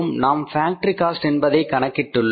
நாம் factory cost என்பதை கணக்கிட்டுள்ளோம்